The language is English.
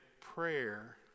prayer